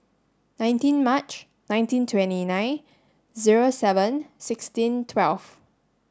nineteen March nineteen twenty nine zero seven sixteen twelve